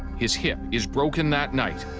his hip is broken that night.